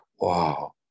wow